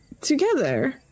together